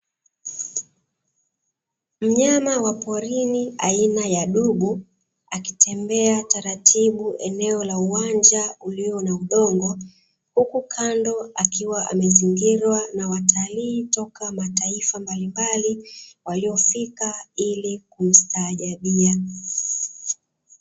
Mnyama wa porini aina ya dubu akitembea taratibu